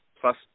plus